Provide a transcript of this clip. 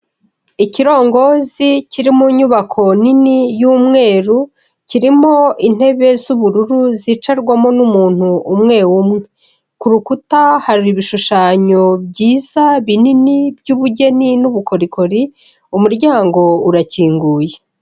Ikirongozi kiri mu nyubako nini y'umweru, kirimo intebe z'ubururu zicarwamo n'umuntu umwe umwe, ku rukuta hari ibishushanyo byiza, binini, by'ubugeni n'ubukorikori, umuryango urakinguye.